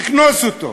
לקנוס אותו.